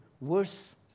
worse